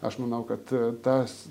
aš manau kad tas